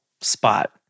spot